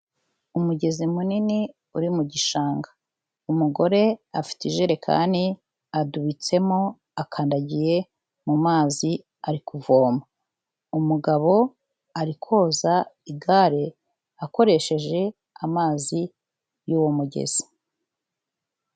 Umugezi munini uri mu gishanga. Umugore afite ijerekani adubitsemo akandagiye mumazi ari kuvoma, umugabo ari koza igare akoresheje amazi y'uwo mugezi.